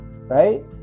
right